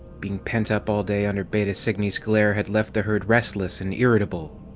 being pent up all day under beta cygni's glare had left the herd restless and irritable.